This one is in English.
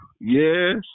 yes